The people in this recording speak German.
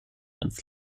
ans